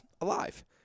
alive